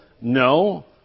No